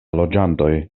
loĝantoj